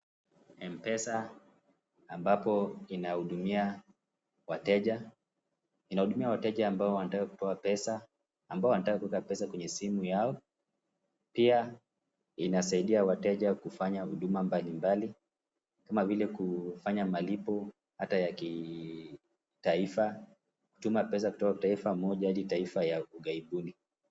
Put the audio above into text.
Mpesa ambapo inahudumia wateja, inahudumia wateja ambao wanataka kutoa pesa, ambao wanataka kuweka pesa kwenye simu zao pia inasaidia wateja kufanya huduma mbalimbali kama vile kufanya malipo ata yakitaifa, kutuma pesa kuyoka kitaifa moja hadi taifa yaugaibuni.